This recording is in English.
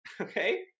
okay